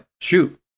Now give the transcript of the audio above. shoot